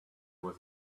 was